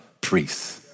priests